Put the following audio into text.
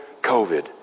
COVID